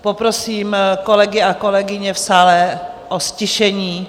Poprosím kolegy a kolegyně v sále o ztišení.